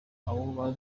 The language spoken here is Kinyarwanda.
abo